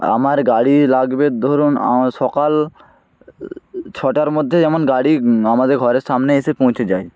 আমার গাড়ি লাগবে ধরুন সকাল ছটার মধ্যেই যেমন গাড়ি আমাদের ঘরের সামনে এসে পৌঁছে যায়